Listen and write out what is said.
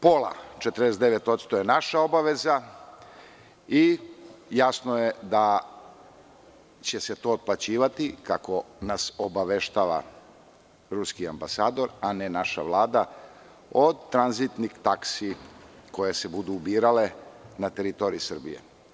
Pola, 49% je naša obaveza i jasno je da će se to otplaćivati kako nas obaveštava ruski amabasador, a ne naša Vlada, od tranzitnih taksi koje se budu ubirale na teritoriji Srbije.